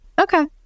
Okay